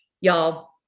y'all